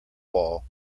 wall